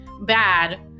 bad